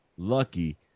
Lucky